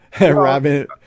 Robin